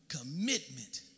commitment